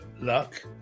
luck